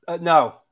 no